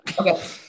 okay